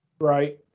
right